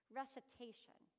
recitation